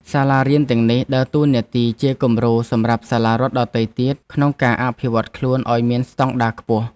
សាលារៀនទាំងនេះដើរតួនាទីជាគំរូសម្រាប់សាលារដ្ឋដទៃទៀតក្នុងការអភិវឌ្ឍន៍ខ្លួនឱ្យមានស្តង់ដារខ្ពស់។